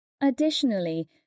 Additionally